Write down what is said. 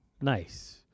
Nice